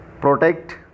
protect